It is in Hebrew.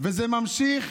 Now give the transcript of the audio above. זה נמשך